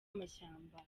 amashyamba